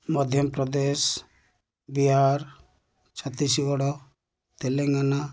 Madhya Pradesh Bihar Chhattisgarh Telangana